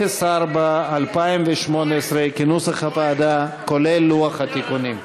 04, לשנת 2018, כנוסח הוועדה, כולל לוח התיקונים.